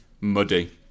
Muddy